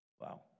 Wow